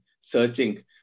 searching